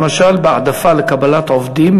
למשל בהעדפה לקבלת עובדים,